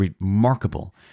remarkable